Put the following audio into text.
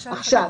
עכשיו,